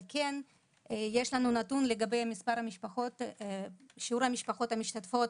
אבל כן יש לנו נתון לגבי שיעור המשפחות המשתתפות